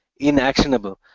inactionable